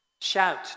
Shout